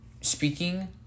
speaking